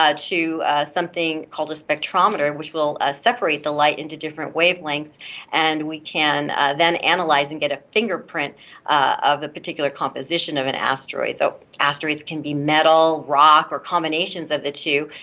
ah to something called a spectrometer, which will ah separate the light into different wavelengths and we can then analyze and get a fingerprint of the particular composition of an asteroid. so asteroids can be metal, rock, or combinations of the two,